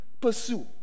pursue